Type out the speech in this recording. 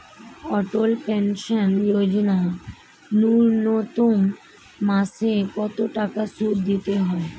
অটল pension Yojana ন্যূনতম মাসে কত টাকা সুধ দিতে হয়?